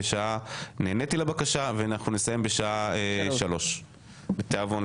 נעניתי לבקשה ואנחנו נסיים אותו בשעה 15:00. תודה.